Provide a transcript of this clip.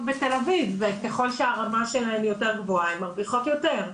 בתל אביב וככל שהרמה שלהן יותר גבוהה הן מרוויחות יותר.